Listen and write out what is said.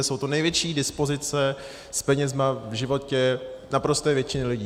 Jsou to ty největší dispozice s penězi v životě naprosté většiny lidí.